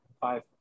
five